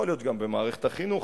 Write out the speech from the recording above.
יכול להיות גם במערכת החינוך,